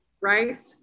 right